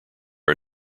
are